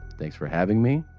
thanks for having me.